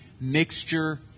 mixture